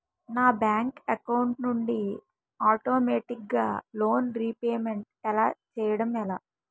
నా bank account నుండి ఆటోమేటిగ్గా లోన్ రీపేమెంట్ చేయడం ఎలా?